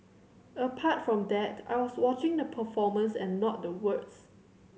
apart from that I was watching the performance and not the words